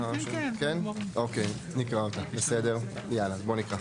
אוקיי, בסדר, בוא נקרא.